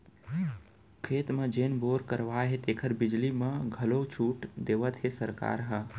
खेत म जेन बोर करवाए हे तेकर बिजली बिल म घलौ छूट देवत हे सरकार ह